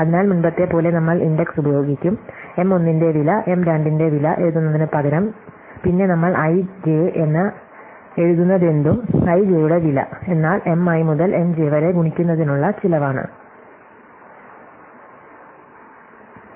അതിനാൽ മുമ്പത്തെപ്പോലെ നമ്മൾ ഇൻഡെക്സ് ഉപയോഗിക്കും M 1 ന്റെ വില M 2 ന്റെ വില എഴുതുന്നതിനുപകരം പിന്നെ നമ്മൾ i j എന്ന് എഴുതുന്നതെന്തും i j യുടെ വില എന്നാൽ M i മുതൽ M j വരെ ഗുണിക്കുന്നതിനുള്ള ചെലവ് ആണ്